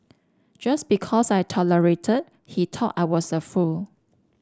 just because I tolerated he thought I was a fool